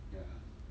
ya